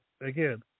again